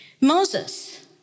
Moses